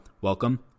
welcome